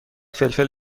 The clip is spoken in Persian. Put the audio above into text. فلفل